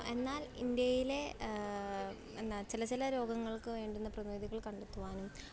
എന്നാൽ ഇന്ത്യയിലെ എന്താ ചില ചില രോഗങ്ങൾക്ക് വേണ്ടുന്ന പ്രതിവിധികൾ കണ്ടെത്തുവാനും